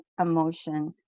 emotion